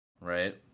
right